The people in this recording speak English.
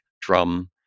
drum